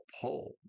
pull